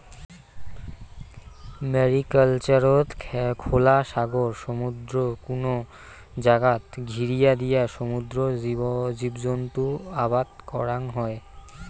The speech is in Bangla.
ম্যারিকালচারত খোলা সাগর, সমুদ্রর কুনো জাগাত ঘিরিয়া দিয়া সমুদ্রর জীবজন্তু আবাদ করাং হই